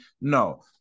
no